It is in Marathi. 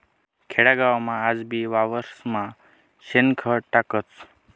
खेडागावमा आजबी वावरेस्मा शेणखत टाकतस